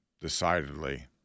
decidedly